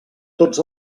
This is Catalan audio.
tots